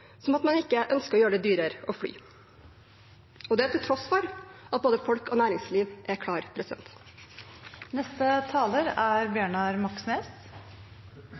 som at man ikke ønsker å gjøre det dyrere å fly – til tross for at både folk og næringsliv er